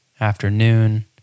afternoon